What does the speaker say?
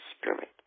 Spirit